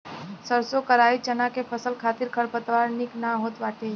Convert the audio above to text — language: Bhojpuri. सरसों कराई चना के फसल खातिर खरपतवार निक ना होत बाटे